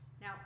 Now